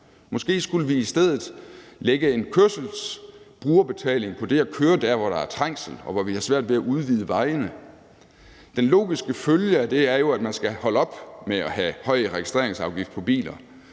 Måske skulle vi i stedet lægge en brugerbetaling på det at køre dér, hvor der er trængsel, og hvor vi har svært ved at udvide vejene. Den logiske følge af det er jo, at man skal holde op med at have en høj registreringsafgift på biler,